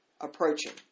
approaching